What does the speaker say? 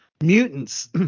mutants